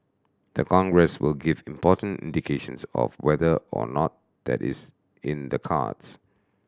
the Congress will give important indications of whether or not that is in the cards